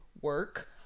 work